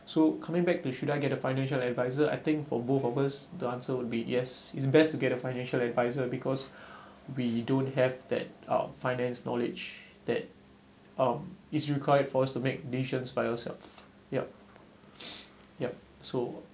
so coming back to should I get a financial advisor I think for both of us the answer would be yes it's best to get a financial advisor because we don't have that uh finance knowledge that um is required for us to make decisions by yourself yup yup so